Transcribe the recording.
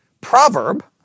proverb